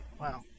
Wow